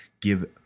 Give